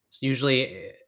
usually